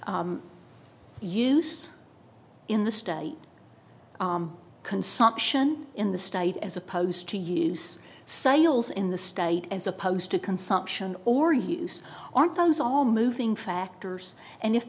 use in the state consumption in the state as opposed to use sales in the state as opposed to consumption or use aren't those all moving factors and if